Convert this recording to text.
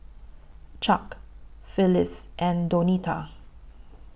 Chuck Phillis and Donita